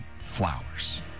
flowers